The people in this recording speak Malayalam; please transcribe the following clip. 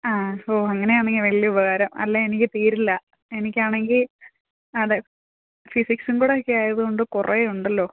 ആ ഓ അങ്ങനെ അണെങ്കിൽ വലിയ ഉപകാരം അല്ലെങ്കിൽ എനിക്ക് തീരില്ല എനിക്ക് ആണെങ്കിൽ അതെ ഫിസിക്സും കൂടെ ഒക്കെ ആയതുകൊണ്ട് കുറേ ഉണ്ടല്ലോ